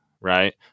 Right